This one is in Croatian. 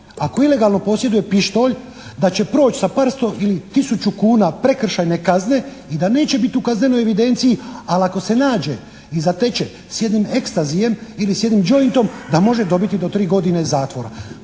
ako ilegalno posjeduje pištolj da proći sa par sto ili tisuću kuna prekršajne kazne i da neće biti u kaznenoj evidenciji. Ali ako se nađe i zateče sa jednim ectasyem ili s jednom jointom da može dobiti do 3 godine zatvora.